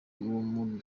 uwo